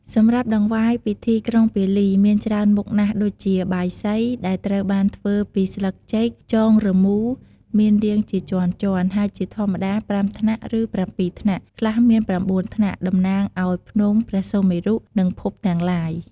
សម្រាប់តង្វាយពិធីក្រុងពាលីមានច្រើនមុខណាស់ដូចជា បាយសី ដែលត្រូវបានធ្វើពីស្លឹកចេកចងរមូរ មានរាងជាជាន់ៗ ហើយជាធម្មតា ៥ ថ្នាក់ ឬ ៧ ថ្នាក់ ខ្លះមាន ៩ ថ្នាក់ តំណាងឲ្យភ្នំព្រះសុមេរុ និងភពទាំងឡាយ។